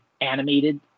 animated